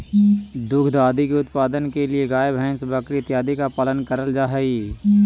दुग्ध आदि के उत्पादन के लिए गाय भैंस बकरी इत्यादि का पालन करल जा हई